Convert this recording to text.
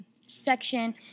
section